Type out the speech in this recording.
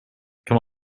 come